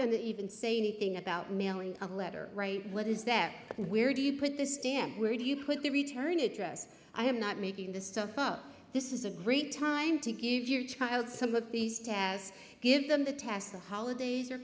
going to even say anything about mailing a letter right what is that and where do you put this stand where do you put the return address i am not making this stuff up this is a great time to give your child some of these tasks give them the task the holidays are